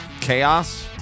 chaos